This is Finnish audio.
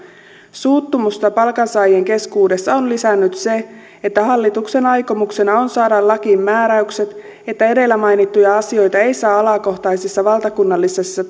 suuttumusta palkansaajien keskuudessa on lisännyt se että hallituksen aikomuksena on saada lakiin määräykset että edellä mainittuja asioita ei saa alakohtaisissa valtakunnallisissa